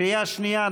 בקריאה שנייה,